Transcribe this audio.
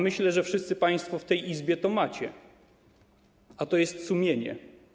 Myślę, że wszyscy państwo w tej Izbie to macie, a to jest sumienie.